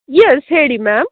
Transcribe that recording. S ಹೇಳಿ ma'am